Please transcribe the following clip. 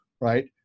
right